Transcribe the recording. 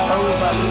over